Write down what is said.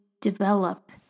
develop